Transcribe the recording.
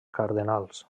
cardenals